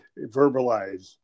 verbalize